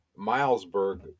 Milesburg